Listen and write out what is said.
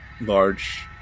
Large